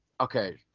okay